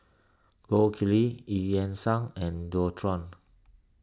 Gold Kili Eu Yan Sang and Dualtron